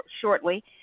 shortly